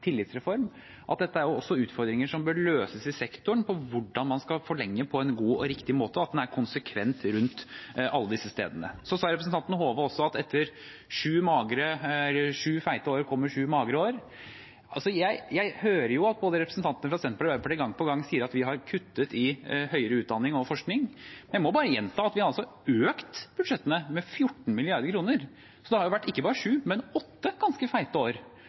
tillitsreform, at dette også er utfordringer som bør løses i sektoren – hvordan man skal forlenge på en god og riktig måte, og at man er konsekvent rundt alle disse stedene. Så sa representanten Hove også at etter sju feite år kommer sju magre. Jeg hører jo at representantene fra både Senterpartiet og Arbeiderpartiet gang på gang sier at vi har kuttet i høyere utdanning og forskning. Jeg må bare gjenta at vi har økt budsjettene med 14 mrd. kr. Det har vært ikke bare sju, men åtte, ganske feite år,